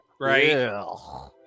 right